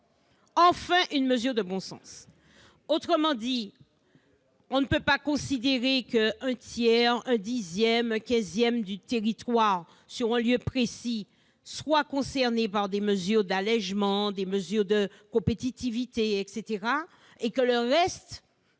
Enfin !» Autrement dit, on ne peut pas considérer qu'un tiers, un dixième, un quinzième du territoire, sur un lieu précis, soit concerné par des mesures d'allégement, des mesures de compétitivité, et qu'on y